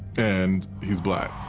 and he's black.